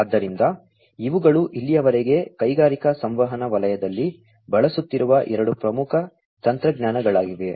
ಆದ್ದರಿಂದ ಇವುಗಳು ಇಲ್ಲಿಯವರೆಗೆ ಕೈಗಾರಿಕಾ ಸಂವಹನ ವಲಯದಲ್ಲಿ ಬಳಸುತ್ತಿರುವ ಎರಡು ಪ್ರಮುಖ ತಂತ್ರಜ್ಞಾನಗಳಾಗಿವೆ